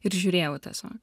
ir žiūrėjau tiesiog